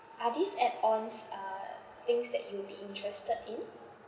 are these add-ons uh things that you would be interested in